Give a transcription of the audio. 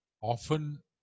often